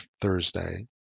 Thursday